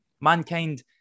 Mankind